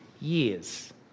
years